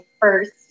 first